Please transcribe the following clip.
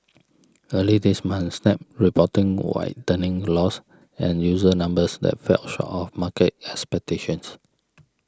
early this month Snap reporting widening loss and user numbers that fell short of market expectations